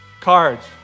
Cards